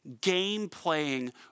game-playing